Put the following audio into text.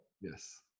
yes